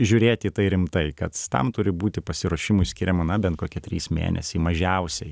žiūrėti į tai rimtai kad tam turi būti pasiruošimui skiriama na bent kokie trys mėnesiai mažiausiai